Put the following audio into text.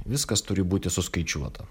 viskas turi būti suskaičiuota